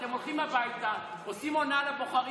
אתם בבית ישנים כל הזמן.